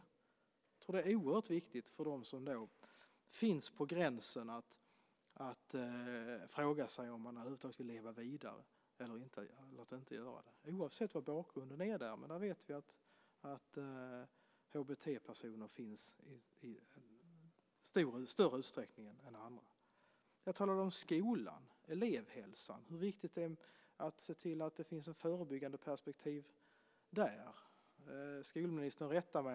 Jag tror att det är oerhört viktigt för dem som är på gränsen att fråga sig om de över huvud taget ska leva vidare, oavsett vilken bakgrunden är. Men vi vet att HBT-personer finns där i större utsträckning än andra. Jag talade om skolan, elevhälsan, om hur viktigt det är att se till att det finns ett förebyggande perspektiv där. Skolministern rättade mig.